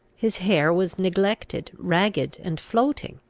his hair was neglected, ragged, and floating.